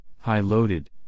high-loaded